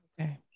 okay